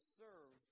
serve